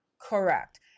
Correct